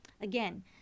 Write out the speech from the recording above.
again